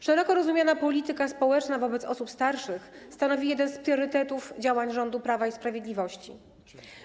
Szeroko rozumiana polityka społeczna wobec osób starszych stanowi jeden z priorytetów działań rządu Prawa i Sprawiedliwości.